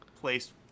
placed